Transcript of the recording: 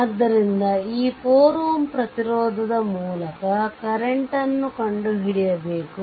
ಆದ್ದರಿಂದ ಈ 4 Ωಪ್ರತಿರೋಧದ ಮೂಲಕ ಕರೆಂಟ್ ನ್ನು ಕಂಡುಹಿಡಿಯಬೇಕು